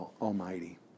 Almighty